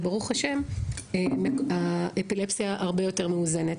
וברוך השם האפילפסיה הרבה יותר מאוזנת,